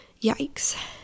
Yikes